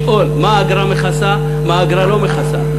לשאול מה האגרה מכסה, מה האגרה לא מכסה.